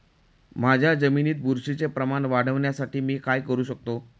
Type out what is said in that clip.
माझ्या जमिनीत बुरशीचे प्रमाण वाढवण्यासाठी मी काय करू शकतो?